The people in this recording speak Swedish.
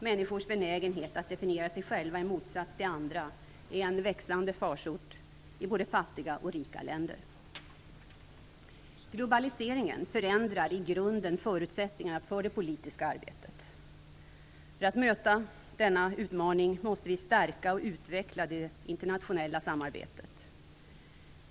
Människors benägenhet att definiera sig själva i motsats till andra är en växande farsot i både fattiga och rika länder. Globaliseringen förändrar i grunden förutsättningarna för det politiska arbetet. För att möta denna utmaning måste vi stärka och utveckla det internationella samarbetet.